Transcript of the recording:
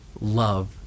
love